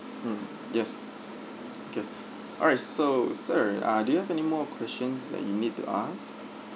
mm yes okay alright so sir ah do you have any more question that you need to ask